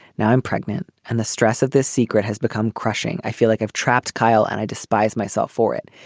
now i'm pregnant and the stress of this secret has become crushing. i feel like i've trapped kyle and i despise myself for it.